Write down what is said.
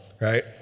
right